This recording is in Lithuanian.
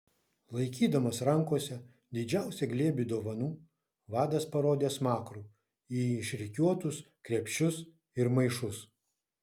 laikydamas rankose didžiausią glėbį dovanų vadas parodė smakru į išrikiuotus krepšius ir maišus